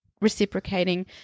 reciprocating